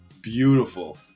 beautiful